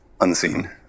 unseen